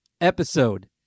episode